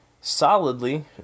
solidly